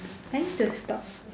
I need to stop